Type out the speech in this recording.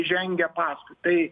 žengia paskui tai